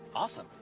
awesome.